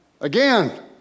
Again